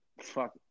Fuck